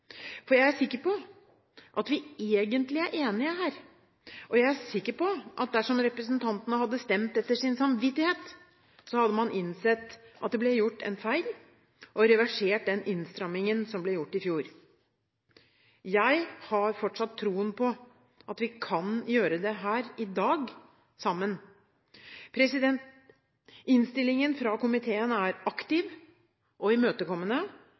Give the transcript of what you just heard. For jeg er sikker på at vi egentlig er enige her, og jeg er sikker på at dersom representantene hadde stemt etter sin samvittighet, hadde man innsett at det ble gjort en feil, og reversert den innstrammingen som ble gjort i fjor. Jeg har fortsatt troen på at vi kan gjøre det her i dag – sammen. Innstillingen fra komiteen er aktiv og imøtekommende.